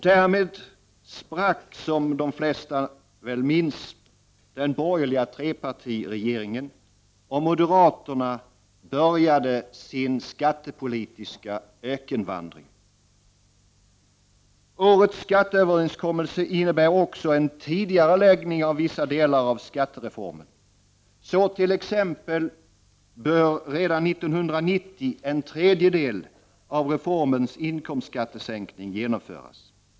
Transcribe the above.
Därmed sprack den borgerliga trepartiregeringen och moderaterna började sin skattepolitiska ökenvandring. Årets skatteöverenskommelse innebär också en tidigareläggning av vissa delar av skattereformen. Så t.ex. bör redan 1990 en tredjedel av reformens inkomstskattesänkning genomföras.